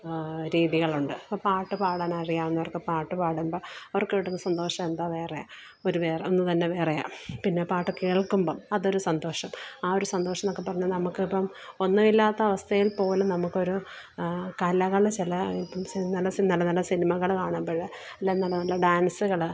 രീതികളുണ്ട് ഇപ്പോൾ പാട്ടുപാടാൻ അറിയാവുന്നവർക്ക് പാട്ടുപാടുമ്പോൾ അവർക്ക് കിട്ടുന്ന സന്തോഷം എന്താ വേറെ ഒരു വേറെ ഒന്ന് തന്ന വേറെയാണ് പിന്നെ പാട്ടു കേൾക്കുമ്പം അത് ഒരു സന്തോഷം ആ ഒരു സന്തോഷമെന്നൊക്കെപ്പറഞ്ഞാൽ നമുക്ക് ഇപ്പം ഒന്നുമില്ലാത്ത അവസ്ഥയിൽ പോലും നമുക്ക് ഒരു കലകള് ചില നല്ല സിം നല്ല നല്ല സിനിമകള് കാണുമ്പഴ് നല്ല നല്ല ഡാൻസുകള്